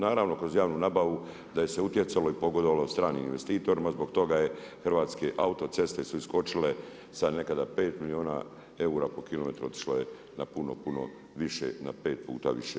Naravno, kroz javnu nabavu da je se utjecalo i pogodovalo stranim investitorima, zbog toga je hrvatske autoceste su iskočile sa nekada 5 milijuna eura po kilometru, otišlo je na puno puno više, na 5 puta više.